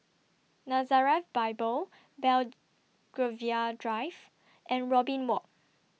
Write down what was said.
Nazareth Bible Bell Drive and Robin Walk